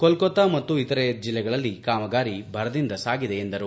ಕೊಲ್ಲತಾ ಮತ್ತು ಇತರೆ ಜಿಲ್ಲೆಗಳಲ್ಲಿ ಕಾಮಗಾರಿ ಭರದಿಂದ ಸಾಗಿದೆ ಎಂದರು